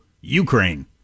Ukraine